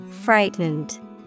frightened